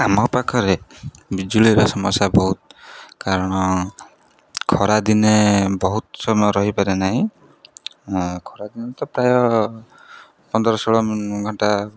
ଆମ ପାଖରେ ବିଜୁଳିର ସମସ୍ୟା ବହୁତ କାରଣ ଖରାଦିନେ ବହୁତ ସମୟ ରହିପାରେ ନାହିଁ ଖରାଦିନେ ତ ପ୍ରାୟ ପନ୍ଦର ଷୋହଳ ଘଣ୍ଟା